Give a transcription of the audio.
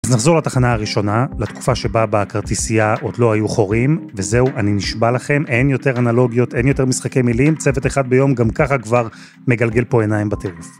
אז נחזור לתחנה הראשונה, לתקופה שבה בכרטיסייה עוד לא היו חורים, וזהו, אני נשבע לכם, אין יותר אנלוגיות, אין יותר משחקי מילים, צוות אחד ביום גם ככה כבר מגלגל פה עיניים בטירוף.